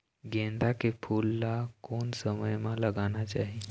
गेंदा के फूल ला कोन समय मा लगाना चाही?